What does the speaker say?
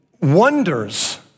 wonders